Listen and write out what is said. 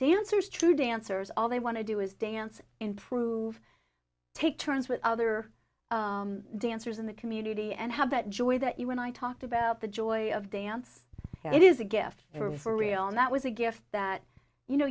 dancers true dancers all they want to do is dance improve take turns with other dancers in the community and have that joy that you and i talked about the joy of dance it is a gift for real and that was a gift that you know